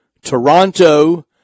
Toronto